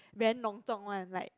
very 隆重 like